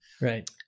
Right